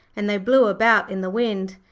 and they blew about in the wind,